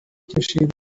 کشید